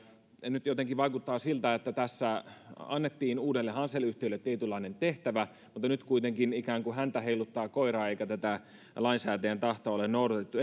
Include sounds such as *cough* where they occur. nyt jotenkin vaikuttaa siltä että tässä annettiin uudelle hansel yhtiölle tietynlainen tehtävä mutta nyt kuitenkin ikään kuin häntä heiluttaa koiraa eikä lainsäätäjän tahtoa ole noudatettu *unintelligible*